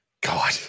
God